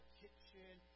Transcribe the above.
kitchen